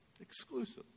exclusive